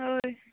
होय